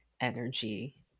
energy